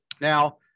Now